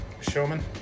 showman